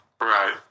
Right